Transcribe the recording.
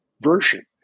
version